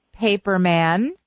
paperman